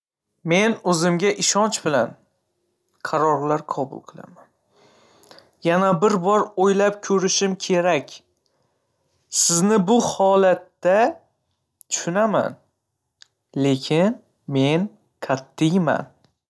Men o'zimga ishonch bilan qarorlar qabul qilaman. Yana bir bor o'ylab ko'rishim kerak. Sizni bu holatda tushunaman, lekin men qattiyman.